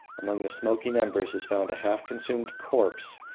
among the smoking embers is found a half-consumed corpse,